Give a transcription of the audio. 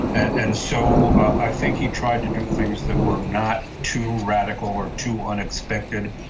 and so, i think he tried to do things that were not too radical, or too unexpected,